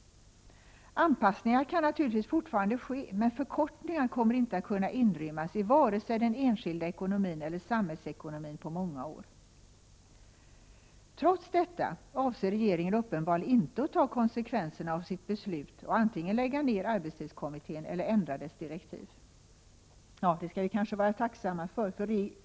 Anpassningar kan naturligtvis fortfarande ske, men förkortningar kommer inte att kunna inrymmas på många år, varken i den enskilda ekonomin eller i samhällsekonomin. Trots detta avser regeringen uppenbarligen inte att ta konsekvenserna av sitt beslut och antingen lägga ner arbetstidskommittén eller ändra dess direktiv, vilket vi kanske skall vara tacksamma för.